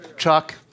Chuck